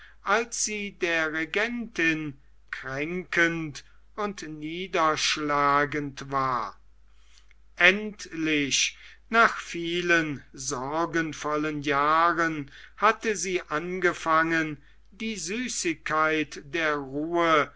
als sie der regentin kränkend und niederschlagend war endlich nach vielen sorgenvollen jahren hatte sie angefangen die süßigkeit der ruhe